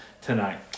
tonight